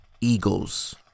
Eagles